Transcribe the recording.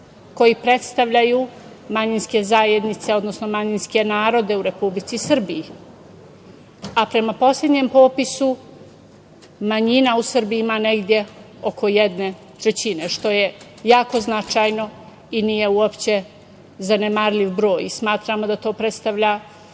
koji predstavljaju manjinske zajednice, odnosno manjinske narode u Republici Srbiji, a prema poslednjem popisu manjina u Srbiji ima negde oko jedne trećine, što je jako značajno i nije uopšte zanemarljiv broj. Smatramo da to predstavlja